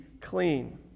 clean